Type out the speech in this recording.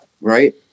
right